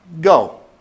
Go